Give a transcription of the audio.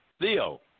Theo